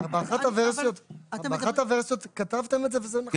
באחת הוורסיות כתבתם את זה וזה נכון.